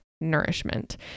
nourishment